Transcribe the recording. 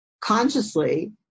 consciously